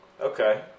Okay